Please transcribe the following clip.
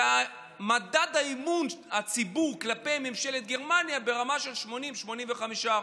מדד אמון הציבור כלפי ממשלת גרמניה הוא ברמה של 80% 85%,